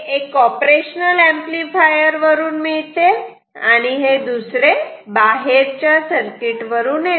एक operational amplifier वरून मिळते आणि दुसरे बाहेरच्या सर्किट वरून येते